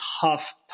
tough